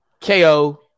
KO